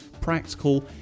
practical